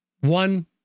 One